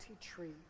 tree